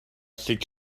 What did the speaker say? six